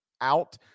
out